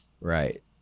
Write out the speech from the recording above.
Right